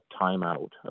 timeout